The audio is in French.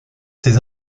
ses